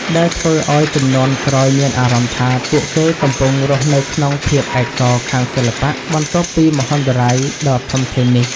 ដែលធ្វើឲ្យអ្នកជំនាន់ក្រោយមានអារម្មណ៍ថា ពួកគេកំពុងរស់នៅក្នុងភាពឯកោខាងសិល្បៈ បន្ទាប់ពីមហន្តរាយដ៏ធំធេងនេះ។